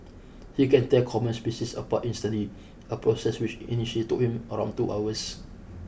he can tell common species apart instantly a process which initially took him around two hours